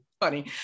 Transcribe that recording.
funny